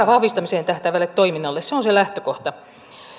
vahvistamiseen tähtäävälle toiminnalle se on se lähtökohta